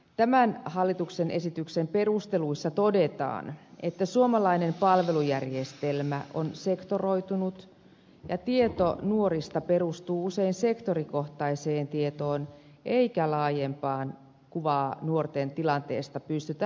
tämän hallituksen esityksen perusteluissa todetaan että suomalainen palvelujärjestelmä on sektoroitunut ja tieto nuorista perustuu usein sektorikohtaiseen tietoon eikä laajempaa kuvaa nuorten tilanteesta pystytä hyödyntämään